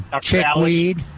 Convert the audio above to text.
Chickweed